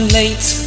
late